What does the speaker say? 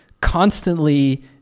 constantly